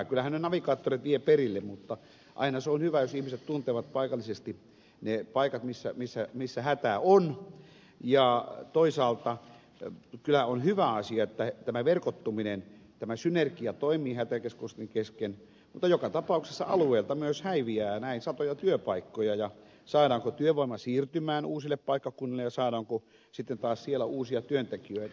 kyllähän ne navigaattorit vievät perille mutta aina se on hyvä jos ihmiset tuntevat paikallisesti ne paikat missä hätä on ja toisaalta kyllä on hyvä asia että tämä verkottuminen tämä synergia toimii hätäkeskusten kesken mutta joka tapauksessa alueelta myös häviää näin satoja työpaikkoja ja saadaanko työvoima siirtymään uusille paikkakunnille ja saadaanko sitten taas siellä uusia työntekijöitä